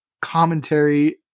commentary